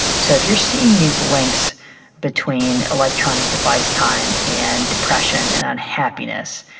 so if you are seeing these links between electronic device time and depression and unhappiness,